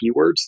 keywords